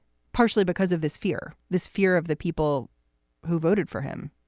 partially because of this fear, this fear of the people who voted for him,